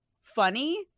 funny